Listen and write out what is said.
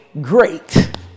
great